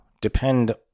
depend